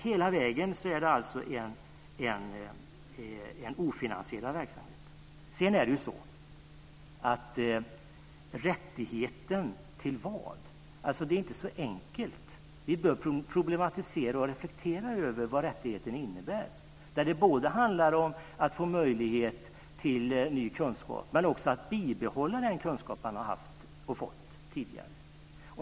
Hela vägen är det alltså en ofinansierad verksamhet. Sedan är frågan: Rättigheten till vad? Det är inte så enkelt. Vi bör problematisera och reflektera över vad rättigheten innebär. Det handlar både om att få möjlighet till ny kunskap och om att bibehålla den kunskap man har fått tidigare.